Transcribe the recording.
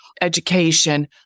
education